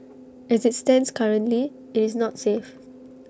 as IT stands currently IT is not safe